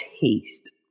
taste